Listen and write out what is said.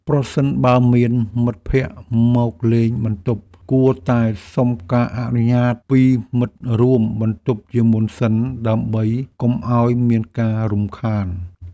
ប្រសិនបើមានមិត្តភក្តិមកលេងបន្ទប់ គួរតែសុំការអនុញ្ញាតពីមិត្តរួមបន្ទប់ជាមុនសិនដើម្បីកុំឱ្យមានការរំខាន។